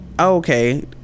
Okay